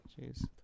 Jeez